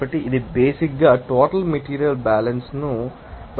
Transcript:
కాబట్టి ఇది బేసిక్ ంగా టోటల్ మెటీరియల్ బ్యాలన్స్ ను బట్టి ఉంటుంది